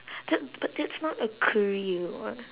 that but that's not a career [what]